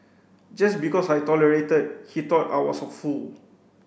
just because I tolerated he thought I was a fool